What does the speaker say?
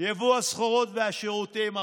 יבוא הסחורות והשירותים,